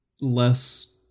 Less